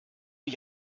ich